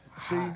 See